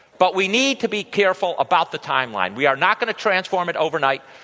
but we need to be careful about the timeline. we are not going to transform it overnight.